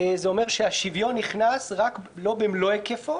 זה אומר שהשוויון נכנס לא במלוא היקפו